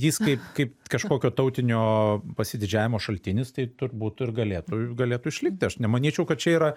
jis kaip kaip kažkokio tautinio pasididžiavimo šaltinis tai turbūt ir galėtų galėtų išlikti aš nemanyčiau kad čia yra